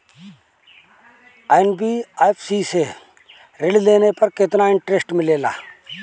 NBFC से ऋण लेने पर केतना इंटरेस्ट मिलेला?